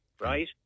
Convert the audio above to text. right